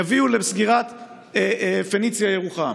יביאו לסגירת פניציה ירוחם.